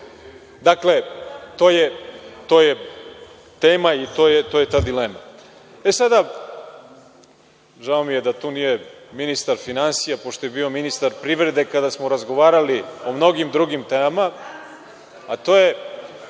Dakle, to je tema i to je ta dilema. Žao mi je da tu nije ministar finansija, pošto je bio ministar privrede kada smo razgovarali o mnogim drugim temama, a to je